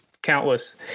countless